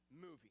movie